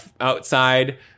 outside